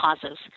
causes